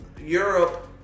Europe